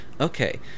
Okay